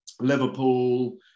Liverpool